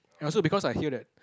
ya so because I hear that